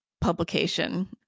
publication